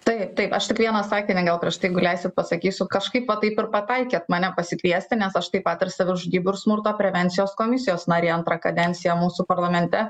taip taip aš tik vieną sakinį gal prieš tai jeigu leisit pasakysiu kažkaip va taip ir pataikėt mane pasikviesti nes aš taip pat ir savižudybių ir smurto prevencijos komisijos narė antrą kadenciją mūsų parlamente